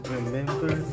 Remember